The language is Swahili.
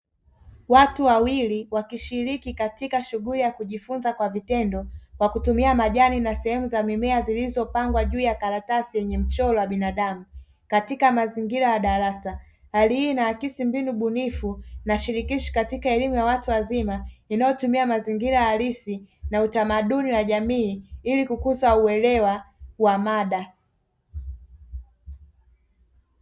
Watu wawili wakishiriki katika shughuli ya kujifunza kwa vitendo kwa kutumia majani na sehemu za mimea zilizopangwa juu ya karatasi yenye mchoro wa binadamu katika mazingira ya darasa. hali hii inaakisi mbinu bunifu nashirikishi katika elimu ya watu wazima inayotumia mazingira halisi na utamaduni wa jamii ili kukuza uelewa wa mada.